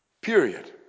period